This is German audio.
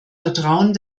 vertrauen